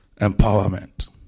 empowerment